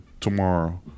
tomorrow